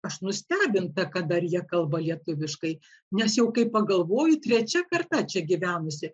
aš nustebinta kad dar jie kalba lietuviškai nes jau kai pagalvoji trečia karta čia gyvenusi